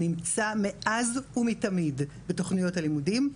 נמצא מאז ומתמיד בתוכניות הלימודים,